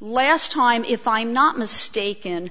last time if i'm not mistaken